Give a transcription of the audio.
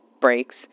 breaks